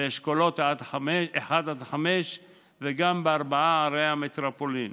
באשכולות 1 5 וגם בארבע ערי המטרופולין.